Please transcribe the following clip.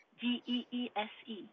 G-E-E-S-E